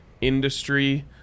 industry